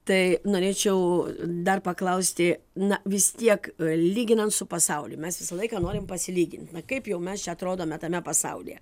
tai norėčiau dar paklausti na vis tiek lyginant su pasauliu mes visą laiką norim pasilygint na kaip jau mes čia atrodome tame pasaulyje